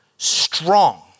Strong